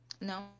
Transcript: No